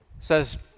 says